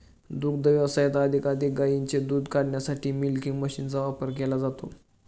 दुग्ध व्यवसायात अधिकाधिक गायींचे दूध काढण्यासाठी मिल्किंग मशीनचा वापर केला जातो